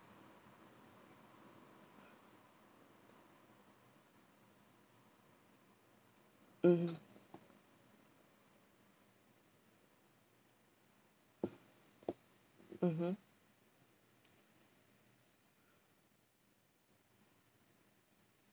mmhmm mmhmm